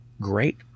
great